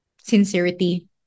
sincerity